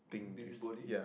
busybody